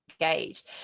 engaged